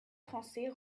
français